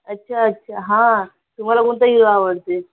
अच्छा अच्छा हा तुम्हाला कोणता हिरो आवडते